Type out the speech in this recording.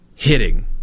hitting